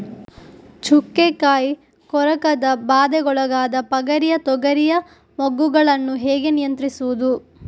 ಚುಕ್ಕೆ ಕಾಯಿ ಕೊರಕದ ಬಾಧೆಗೊಳಗಾದ ಪಗರಿಯ ತೊಗರಿಯ ಮೊಗ್ಗುಗಳನ್ನು ಹೇಗೆ ನಿಯಂತ್ರಿಸುವುದು?